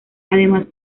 además